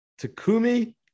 Takumi